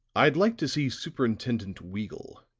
i'd like to see superintendent weagle,